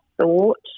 thought